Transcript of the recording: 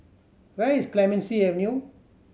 where is Clemenceau Avenue